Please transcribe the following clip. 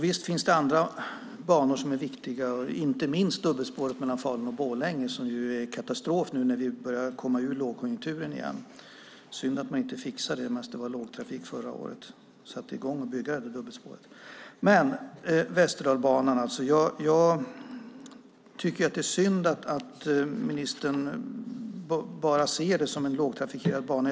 Visst finns det andra banor som är viktiga, inte minst dubbelspåret mellan Falun och Borlänge som är en katastrof nu när vi börjar komma ur lågkonjunkturen. Det är synd att man inte satte i gång att bygga det förra året medan det var lågkonjunktur. Jag tycker att det är synd att ministern bara ser detta som en lågtrafikerad bana.